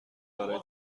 برای